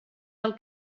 del